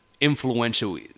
Influential